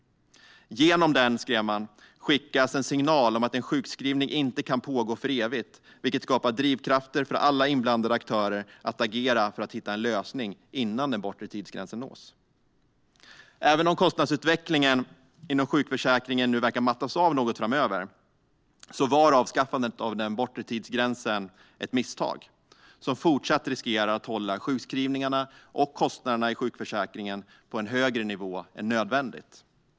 Genom den, skrev man, skickas en signal om att en sjukskrivning inte kan pågå för evigt, vilket skapar drivkrafter för alla inblandade aktörer att agera för att hitta en lösning innan den bortre tidsgränsen nås. Även om kostnadsutvecklingen inom sjukförsäkringen verkar mattas av något framöver var avskaffandet av den bortre tidsgränsen ett misstag som fortsatt riskerar att hålla sjukskrivningarna och kostnaderna i sjukförsäkringen på en högre nivå än nödvändigt.